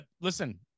listen